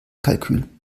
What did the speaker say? kalkül